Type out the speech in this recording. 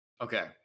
Okay